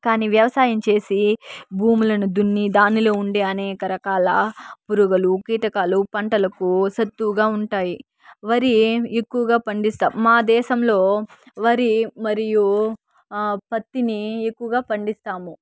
కానీ వ్యవసాయం చేసి భూములను దున్ని దానిలో ఉండే అనేక రకాల పురుగులు కీటకాలు పంటలకు సత్తుగా ఉంటాయి వరి ఎక్కువగా పండిస్తాం మా దేశంలో వరి మరియు పత్తిని ఎక్కువగా పండిస్తాము